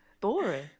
Boring